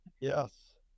Yes